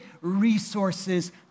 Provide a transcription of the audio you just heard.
resources